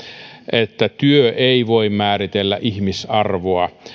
että työ ei voi määritellä ihmisarvoa ihan